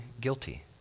guilty